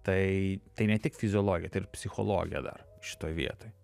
tai tai ne tik fiziologija tai ir psichologija dar šitoj vietoj